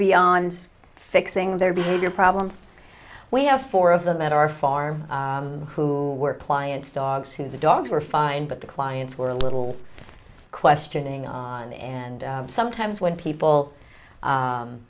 beyond fixing their behavior problems we have four of them at our farm who work clients dogs who the dogs were fine but the clients were a little questioning on and sometimes when people